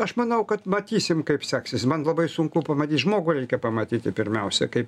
aš manau kad matysim kaip seksis man labai sunku pamatyt žmogų reikia pamatyti pirmiausia kaip